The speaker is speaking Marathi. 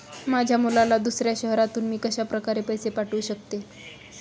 माझ्या मुलाला दुसऱ्या शहरातून मी कशाप्रकारे पैसे पाठवू शकते?